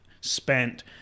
spent